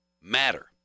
matter